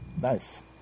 Nice